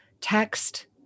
text